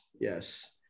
Yes